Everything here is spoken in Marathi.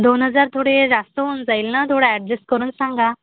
दोन हजार थोडे जास्त होऊन जाईल ना थोडं ॲडजस्ट करून सांगा